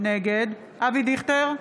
נגד אבי דיכטר,